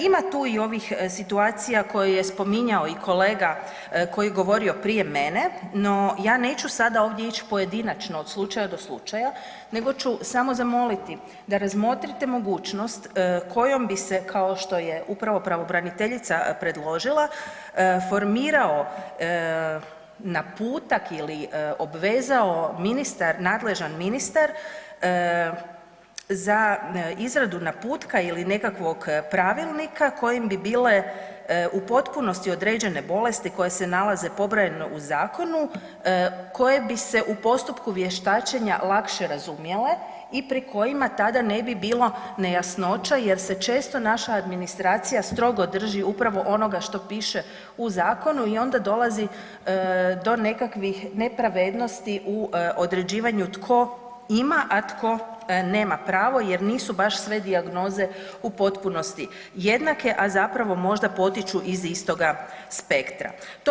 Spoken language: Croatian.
Ima tu i ovih situacija koje je spominjao i kolega koji je govorio prije mene, no ja neću sad ovdje ići pojedinačno od slučaja do slučaja nego ću samo zamoliti da razmotrite mogućnost kojom bi se kao što je upravo pravobraniteljica predložila formirao naputak ili obvezao ministar, nadležan ministar za izradu naputka ili nekakvog pravilnika kojim bi bile u potpunosti određene bolesti koje se nalaze pobrojeno u zakonu koje bi se u postupku vještačenja lakše razumjele i pri kojima tada ne bi bilo nejasnoća jer se često naša administracija strog drži upravo onoga što piše u zakonu i onda dolazi do nekakvih nepravednosti u određivanju tko ima, a tko nema pravo jer nisu baš sve dijagnoze u potpunosti jednake, a zapravo možda potiču iz istoga spektra.